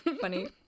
Funny